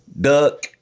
Duck